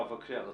אני